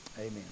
Amen